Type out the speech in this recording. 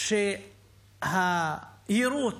שהיירוט